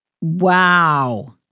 Wow